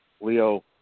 Leo –